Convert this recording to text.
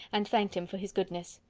and thanked him for his goodness.